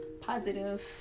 positive